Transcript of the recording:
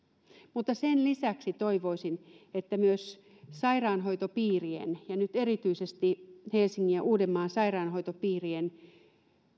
mutta sen lisäksi toivoisin että sairaanhoitopiirien ja nyt erityisesti helsingin ja uudenmaan sairaanhoitopiirin